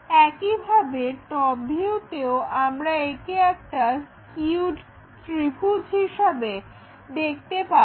একইভাবে টপভিউতেও আমরা একে একটা স্কিউড্ ত্রিভুজ হিসাবে দেখব